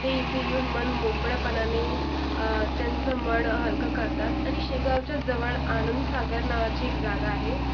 ते इथं येऊन मन मोकळेपणाने त्यांचं मन हलकं करतात आणि शेगावच्याचजवळ आनंद सागर नावाची एक जागा आहे